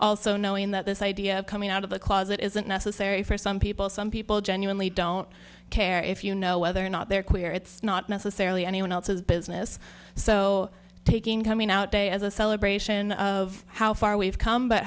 also knowing that this idea of coming out of the closet isn't necessary for some people some people genuinely don't care if you know whether or not they're queer it's not necessarily anyone else's business so taking coming out day as a celebration of how far we've come but